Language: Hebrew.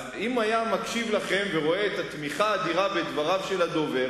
אז אם הוא היה מקשיב לכם ורואה את התמיכה האדירה בדבריו של הדובר,